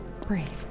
breathe